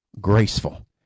graceful